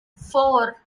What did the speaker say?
four